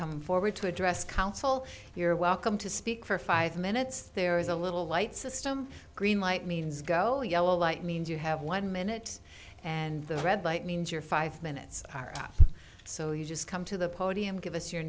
come forward to address council you're welcome to speak for five minutes there is a little light system green light means go yellow light means you have one minute and the red light means your five minutes are up so you just come to the podium give us your